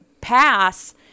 pass